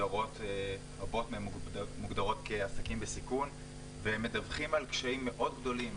רבות מהמסעדות מוגדרות כעסקים בסיכון והם מדווחים על קשיים מאוד גדולים,